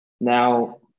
Now